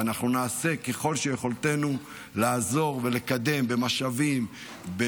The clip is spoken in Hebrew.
ואנחנו נעשה כל שביכולתנו לעזור ולקדם במשאבים ובתקנים